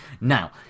Now